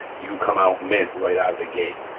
you come out mint right out of the gate.